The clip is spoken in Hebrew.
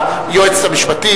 היועצת המשפטית,